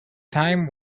time